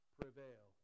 prevail